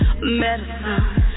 medicine